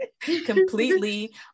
completely